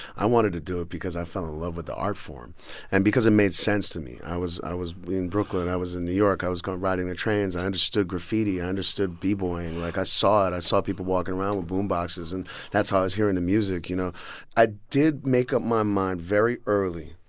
i wanted to do it because i fell in love with the art form and because it made sense to me. i was i was in brooklyn. i was in new york. i was going riding the trains. i i understood graffiti. i understood b-boying. like, i saw it. i saw people walking around with boomboxes, and that's how i was hearing the music, you know i did make up my mind very early.